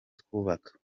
twubaka